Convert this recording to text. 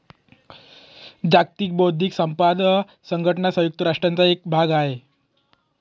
जागतिक बौद्धिक संपदा संघटना संयुक्त राष्ट्रांचा एक भाग आहे